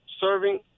serving